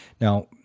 Now